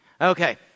Okay